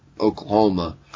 Oklahoma